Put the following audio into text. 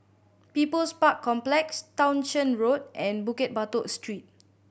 People's Park Complex Townshend Road and Bukit Batok Street